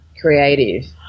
creative